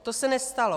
To se nestalo.